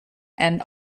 and